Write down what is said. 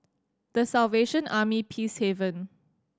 The Salvation Army Peacehaven